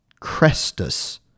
Crestus